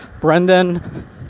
brendan